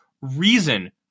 reason